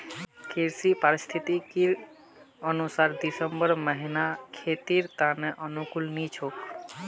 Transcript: कृषि पारिस्थितिकीर अनुसार दिसंबर महीना खेतीर त न अनुकूल नी छोक